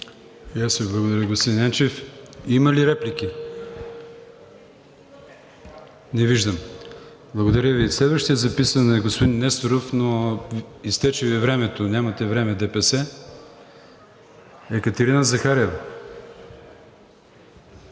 аз Ви благодаря, господин Енчев. Има ли реплики? Не виждам. Благодаря Ви. Следващият записан е господин Несторов, но изтече Ви времето, нямате време ДПС. Екатерина Захариева.